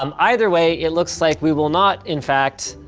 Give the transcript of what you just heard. um either way, it looks like we will not, in fact,